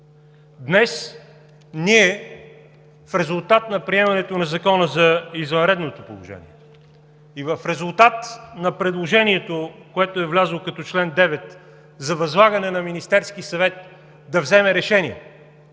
Днес в резултат на приемането на Закона за извънредното положение и в резултат на предложението, влязло като чл. 9 за възлагане на Министерския съвет да вземе решение